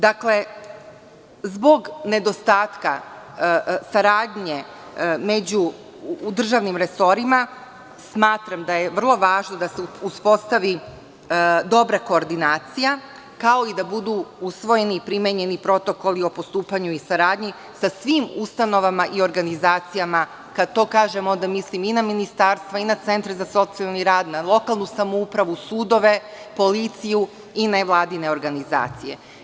Dakle, zbog nedostatka saradnje među državnim resorima, smatram da je vrlo važno da se uspostavi dobra koordinacija, kao i da budu usvojeni i primenjeni protokoli o postupanju i saradnji sa svim ustanovama i organizacijama, kada to kažem, onda mislim i na ministarstva i na centre za socijalni rad, na lokalnu samoupravu, sudove, policiju i nevladine organizacije.